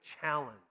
challenge